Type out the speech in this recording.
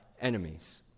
enemies